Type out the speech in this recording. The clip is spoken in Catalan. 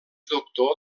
doctor